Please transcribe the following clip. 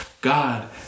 God